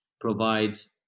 provides